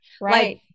Right